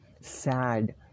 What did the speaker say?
sad